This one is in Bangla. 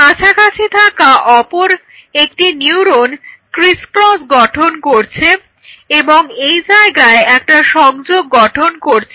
কাছাকাছি থাকা অপর একটি নিউরন ক্রিসক্রস গঠন করছে এবং এই জায়গায় একটা সংযোগ গঠন করছে